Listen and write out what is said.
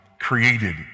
created